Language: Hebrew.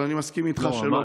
אבל אני מסכים איתך שלא כאן.